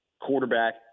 quarterback –